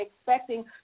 expecting